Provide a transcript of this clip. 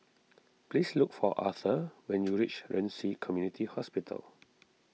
please look for Arthur when you reach Ren Ci Community Hospital